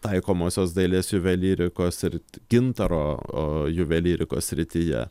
taikomosios dailės juvelyrikos ir gintaro juvelyrikos srityje